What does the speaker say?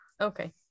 Okay